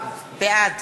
בעד